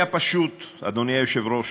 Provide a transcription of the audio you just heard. היה פשוט, אדוני היושב-ראש,